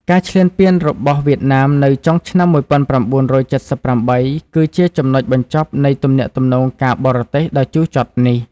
ការឈ្លានពានរបស់វៀតណាមនៅចុងឆ្នាំ១៩៧៨ គឺជាចំណុចបញ្ចប់នៃទំនាក់ទំនងការបរទេសដ៏ជូរចត់នេះ។